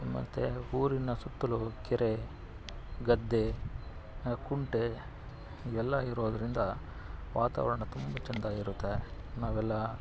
ಮತ್ತೆ ಊರಿನ ಸುತ್ತಲೂ ಕೆರೆ ಗದ್ದೆ ಕುಂಟೆ ಎಲ್ಲ ಇರೋದರಿಂದ ವಾತಾವರಣ ತುಂಬ ಚೆಂದ ಇರುತ್ತೆ ನಾವೆಲ್ಲ